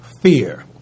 fear